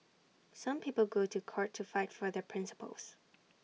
some people go to court to fight for their principles